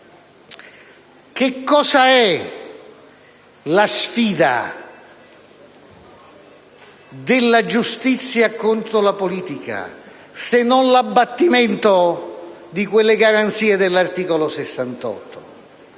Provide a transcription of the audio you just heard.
Che cosa è la sfida della giustizia contro la politica se non l'abbattimento di quelle garanzie dell'articolo 68?